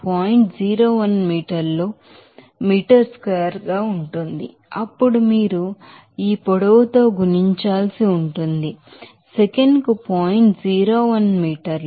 01 మీటర్లు చతురస్రంగా ఉంటుంది అప్పుడు మీరు ఈ పొడవుతో గుణించాల్సి ఉంటుంది సెకనుకు 0